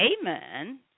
Amen